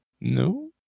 no